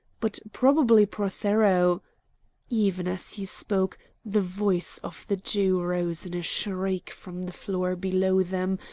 but probably prothero even as he spoke the voice of the jew rose in a shriek from the floor below them,